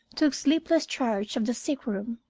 took sleepless charge of the sickroom.